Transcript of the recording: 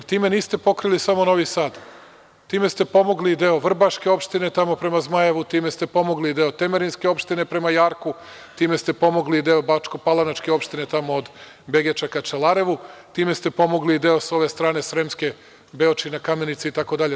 Time niste pokrili samo Novi Sad, time ste pomogli i deo vrbaske opštine, tamo prema Zmajevu, time ste pomogli i deo temerinske opštine, prema Jarku, time ste pomogli i deo bačko-palanačke opštine, tamo od Begeča ka Čelarevu, time ste pomogli i deo s ove strane sremske - Beočina, Kamenice itd.